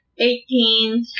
Eighteen